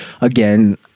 again